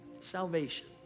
salvation